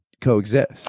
coexist